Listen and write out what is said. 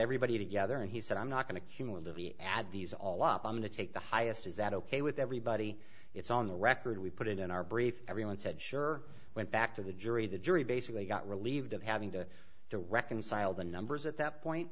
everybody together and he said i'm not going to cumulatively add these all up on the take the highest is that ok with everybody it's on the record we put it in our brief everyone said sure went back to the jury the jury basically got relieved of having to to reconcile the numbers at that point